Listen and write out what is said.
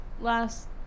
last